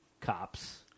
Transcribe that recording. cops